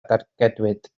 dargedwyd